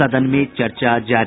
सदन में चर्चा जारी